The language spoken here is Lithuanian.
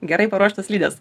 gerai paruoštos slides